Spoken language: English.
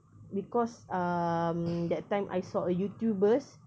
because um that time I saw a youtuber